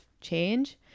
change